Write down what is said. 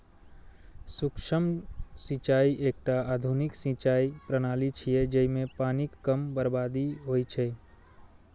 सूक्ष्म सिंचाइ एकटा आधुनिक सिंचाइ प्रणाली छियै, जइमे पानिक कम बर्बादी होइ छै